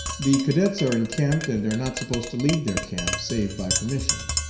the cadets are encamped and are not supposed to leave their camp save by permission.